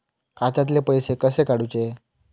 खात्यातले पैसे कसे काडूचे?